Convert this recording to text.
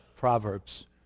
Proverbs